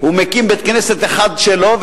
הוא מקים בית-כנסת אחד שלו,